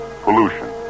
pollution